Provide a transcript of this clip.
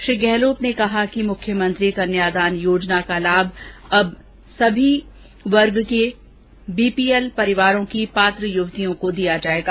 श्री गहलोत ने कहा कि मुख्यमंत्री कन्यादान योजना का लाभ अब सभी वर्ग की बीपीएल परिवारों की पात्र युवतियों को दिया जाएगा